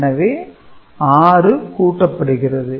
எனவே 6 கூட்டப்படுகிறது